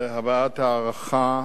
בהבעת הערכה